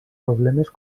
problemes